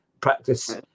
practice